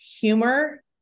humor